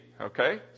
okay